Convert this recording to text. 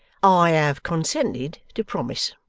i have consented to promise.